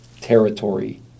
territory